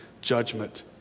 judgment